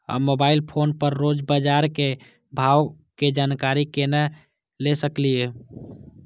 हम mobile phone पर रोज बाजार के भाव के जानकारी केना ले सकलिये?